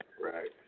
right